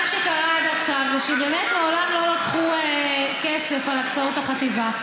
מה שקרה עד עכשיו זה שבאמת מעולם לא לקחו כסף על הקצאות החטיבה,